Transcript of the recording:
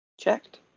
Checked